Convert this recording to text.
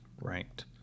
Right